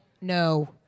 No